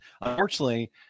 Unfortunately